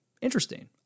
interesting